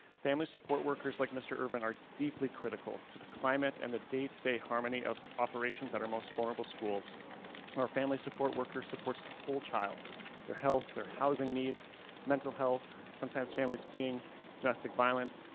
family support workers like mr. ervin are deeply critical of the climate and the day to day harmony of operations that our most vulnerable schools or family support worker supports the whole child their health their housing needs mental health. sometimes families fleeing domestic violence.